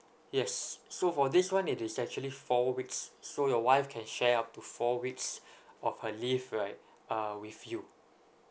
yes so for this [one] it is actually four weeks so your wife can share up to four weeks of her leave right uh with you